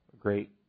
great